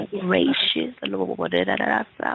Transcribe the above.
gracious